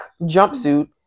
jumpsuit